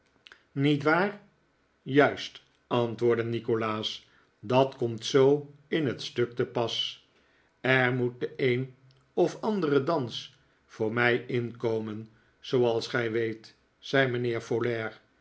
niet waar juist antwoordde nikolaas dat komt zoo in het stuk te pas er moet de een of andere dans voor mij inkomen zooals gij weet zei mijnheer folair